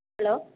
hello